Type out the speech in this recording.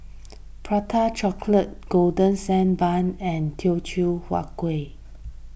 Prata Chocolate Golden Sand Bun and Teochew Huat Kueh